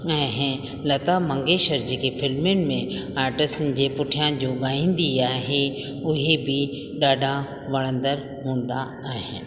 ऐं लता मंगेश्वर जेका फ़िल्मुनि में आर्टिसिटनि जे पुठियां जो ॻाईंदी आहे उहे बि ॾाढा वणंदड़ हूंदा आहिनि